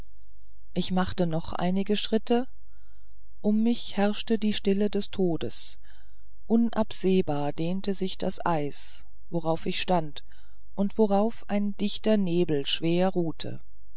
ich machte noch einige schritte um mich herrschte die stille des todes unabsehbar dehnte sich das eis worauf ich stand und worauf ein dichter nebel schwer ruhte